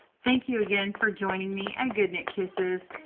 thank you again for joining me at goodknit kisses.